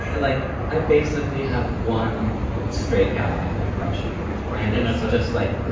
i like i basically have one straight guy impression. and and that's just like.